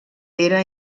era